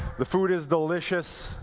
the food is delicious.